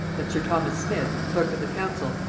that sir thomas smith, clerk of the council,